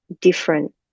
different